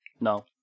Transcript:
no